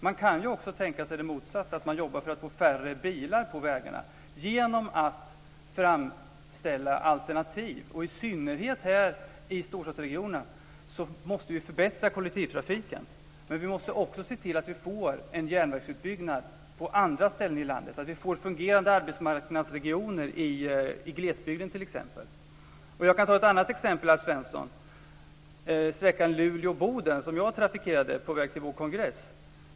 Man kan också tänk sig det motsatta, dvs. att man jobbar för att få färre bilar på vägarna genom att framställa alternativ. I synnerhet i storstadsregionerna måste vi förbättra kollektivtrafiken, men vi måste också se till att vi får en järnvägsutbyggnad på andra ställen i landet och att vi får fungerande arbetsmarknadsregioner i glesbygden, t.ex. Jag kan ta ett annat exempel, Alf Svensson: sträckan Luleå-Boden, som jag trafikerade på väg till vår kongress.